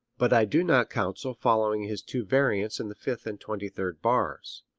but i do not counsel following his two variants in the fifth and twenty-third bars.